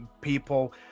people